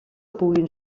puguin